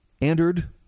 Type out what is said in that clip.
entered